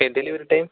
okay delivery time